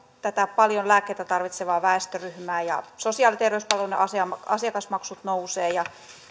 tätä paljon lääkkeitä tarvitsevaa väestöryhmää sosiaali ja terveyspalveluiden asiakasmaksut nousevat ja